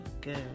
good